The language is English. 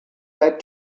led